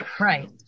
Right